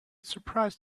surprised